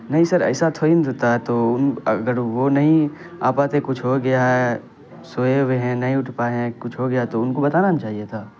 نہیں سر ایسا تھوڑی نہ رہتا ہے تو اگر وہ نہیں آ پاتے کچھ ہو گیا ہے سوئے ہوئے ہیں نہیں اٹھ پائے ہیں کچھ ہو گیا تو ان کو بتانا نا چاہیے تھا